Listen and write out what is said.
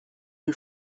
who